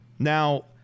Now